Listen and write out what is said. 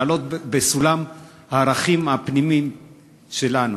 לעלות בסולם הערכים הפנימיים שלנו.